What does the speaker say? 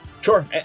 Sure